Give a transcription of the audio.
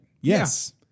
yes